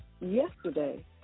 yesterday